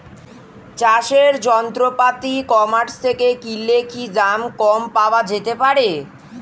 চাষের যন্ত্রপাতি e commerce থেকে কিনলে কি দাম কম পাওয়া যেতে পারে?